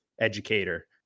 educator